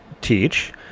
teach